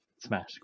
smash